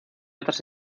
otras